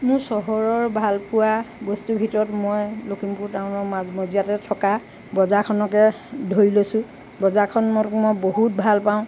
মোৰ চহৰৰ ভাল পোৱা বস্তুৰ ভিতৰত মই লখিমপুৰ টাউনৰ মাজমজিয়াতে থকা বজাৰখনকে ধৰি লৈছোঁ বজাৰখন মই বহুত ভাল পাওঁ